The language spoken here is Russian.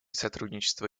сотрудничества